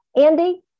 Andy